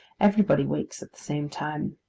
everybody wakes at the same time.